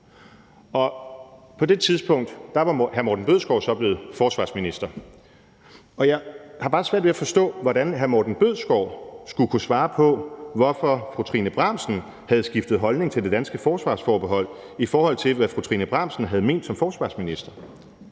På det tidspunkt var hr. Morten Bødskov så blevet forsvarsminister. Jeg har bare svært ved at forstå, hvordan hr. Morten Bødskov skulle kunne svare på, hvorfor fru Trine Bramsen havde skiftet holdning til det danske forsvarsforbehold, i forhold til hvad fru Trine Bramsen havde ment som forsvarsminister.